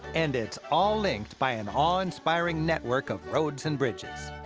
and it's all linked by an awe-inspiring network of roads and bridges.